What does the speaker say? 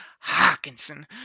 Hawkinson